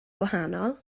gwahanol